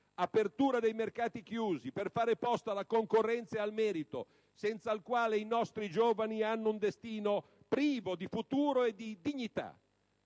all'apertura dei mercati chiusi per fare posto alla concorrenza e al merito, senza il quale i nostri giovani hanno un destino privo di futuro e di dignità,